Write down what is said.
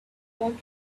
want